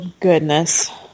goodness